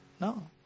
No